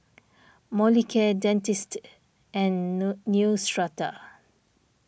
Molicare Dentiste and no Neostrata